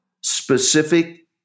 specific